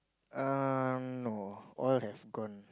um no all have gone